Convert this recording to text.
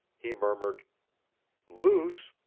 he murmured luce!